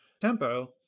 tempo